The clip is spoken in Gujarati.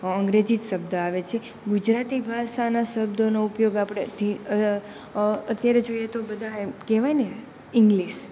અંગ્રેજી જ શબ્દ આવે છે ગુજરાતી ભાષાના શબ્દોનો ઉપયોગ આપણે અત્યારે જોઈએ તો બધા એમ કહેવાયને ઇંગ્લિસ